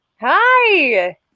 Hi